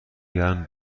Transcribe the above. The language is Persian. گرم